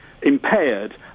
impaired